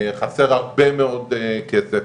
חסר הרבה מאוד כסף.